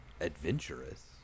adventurous